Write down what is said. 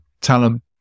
talent